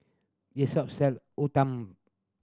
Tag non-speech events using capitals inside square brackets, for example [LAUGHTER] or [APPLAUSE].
this shop sell [UNINTELLIGIBLE]